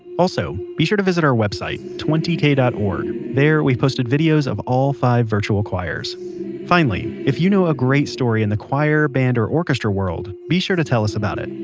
also, be sure to visit our website twenty k dot org there we've posted of all five virtual choirs finally, if you know a great story in the choir, band, or orchestra world, be sure to tell us about it.